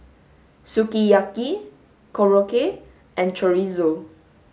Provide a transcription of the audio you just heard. sukiyaki Korokke and chorizo